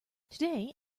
today